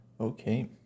Okay